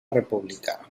república